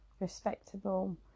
respectable